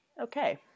Okay